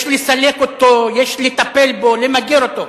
יש לסלק אותו, יש לטפל בו, למגר אותו: